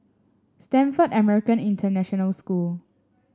Stamford American International School